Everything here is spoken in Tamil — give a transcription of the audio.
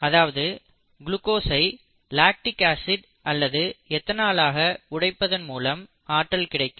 அதாவது குளுக்கோசை லாக்டிக் அமிலம் அல்லது எதனாலாக உடைப்பதன் மூலம் ஆற்றல் கிடைக்கும்